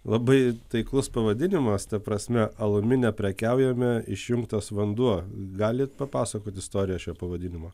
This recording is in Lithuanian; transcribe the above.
labai taiklus pavadinimas ta prasme alumi neprekiaujame išjungtas vanduo galit papasakot istoriją šio pavadinimo